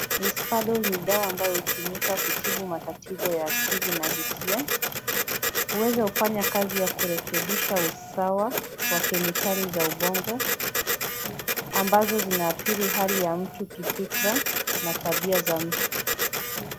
Nesphadol ni dawa ambayo hutumika kutibu matatizo ya akili na hisia. Hueza kufanya kazi ya kurekebisha usawa wa kemikali za ubongo ambazo zinaathiri hali ya mtu kifikra na tabia za mtu.